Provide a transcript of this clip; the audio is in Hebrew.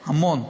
המון.